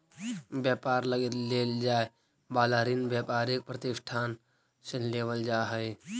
व्यापार लगी लेल जाए वाला ऋण व्यापारिक प्रतिष्ठान से लेवल जा हई